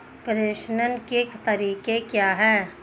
प्रेषण के तरीके क्या हैं?